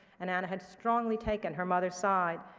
and anna had strongly taken her mother's side.